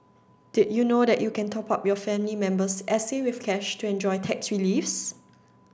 did you know that you can top up your family member's S A with cash to enjoy tax reliefs